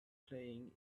playing